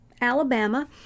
Alabama